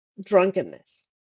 drunkenness